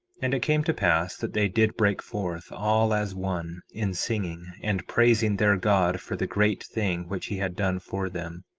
and it came to pass that they did break forth, all as one, in singing, and praising their god for the great thing which he had done for them,